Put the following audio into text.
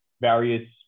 various